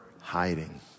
hiding